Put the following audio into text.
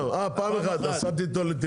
אין לי יעד.